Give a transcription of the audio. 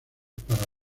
para